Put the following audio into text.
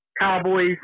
Cowboys